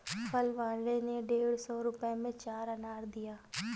फल वाले ने डेढ़ सौ रुपए में चार अनार दिया